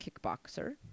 kickboxer